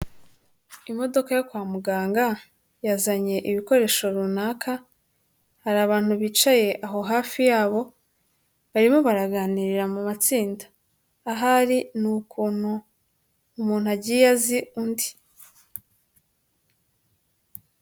Imodoka yo kwa muganga yazanye ibikoresho runaka, hari abantu bicaye aho hafi yabo, barimo baraganirira mu matsinda, ahari n'ukuntu umuntu agiye azi undi.